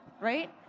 right